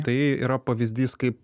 tai yra pavyzdys kaip